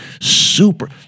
super